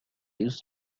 used